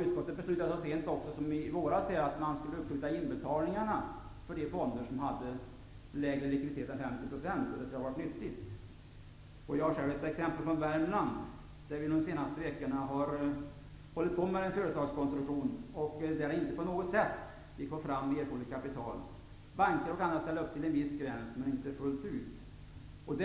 Utskottet förordade så sent som i våras att inbetalningarna från de fonder som hade lägre likviditet än 50 % skulle uppskjutas, vilket har varit till stor nytta. Jag har ett exempel på detta från Värmland. Vi har under de senaste veckorna hållit på med en företagsrekonstruktion där det inte på något sätt gick att få fram erforderligt kapital på annat håll. Bankerna kan ställa upp till en viss gräns, men inte fullt ut.